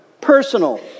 personal